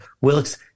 Wilkes